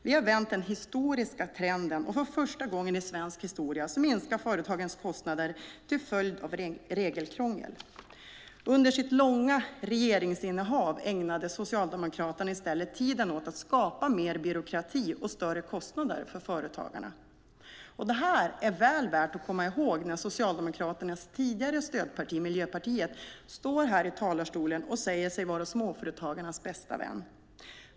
Vi har vänt den historiska trenden och för första gången i svensk historia minskar företagens kostnader till följd av regelkrångel. Under sitt långa regeringsinnehav ägnade Socialdemokraterna i stället tiden åt att skapa mer byråkrati och större kostnader för företagarna. Det här är väl värt att komma ihåg när Socialdemokraternas tidigare stödparti Miljöpartiet står här i talarstolen och säger sig vara småföretagarnas bästa vän.